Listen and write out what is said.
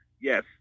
yes